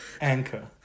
Anchor